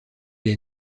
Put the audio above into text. est